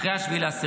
אחרי 7 באוקטובר.